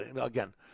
Again